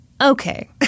Okay